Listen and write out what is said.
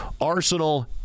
Arsenal